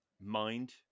mind